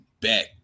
back